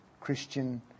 Christian